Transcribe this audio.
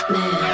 Man